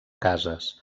cases